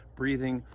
breathing.